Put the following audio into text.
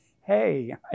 hey